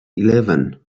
eleven